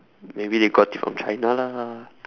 maybe they got it from china lah